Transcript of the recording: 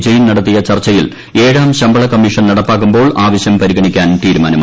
ജയിൻ നടത്തിയ ചർച്ചയിൽ ഏഴാം ശമ്പള കമ്മീഷൻ നടപ്പാക്കുമ്പോൾ ആവശ്യം പരിഗണിക്കാൻ തീരുമാനമായി